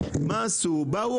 אגב,